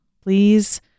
please